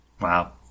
Wow